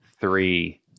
Three